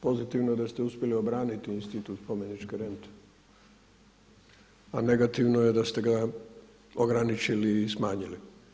Pozitivno je da ste uspjeli obraniti institut spomeničke rente, a negativno je da ste ga ograničili i smanjili.